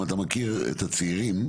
אם אתה מכיר את הצעירים,